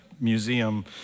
museum